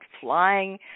flying